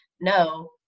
no